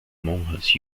monjas